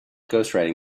ghostwriting